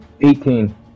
Eighteen